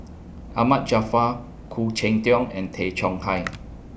Ahmad Jaafar Khoo Cheng Tiong and Tay Chong Hai